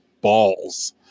balls